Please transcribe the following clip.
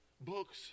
books